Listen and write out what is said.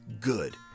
Good